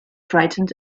frightened